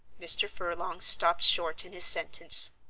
mr. furlong stopped short in his sentence.